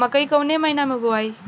मकई कवना महीना मे बोआइ?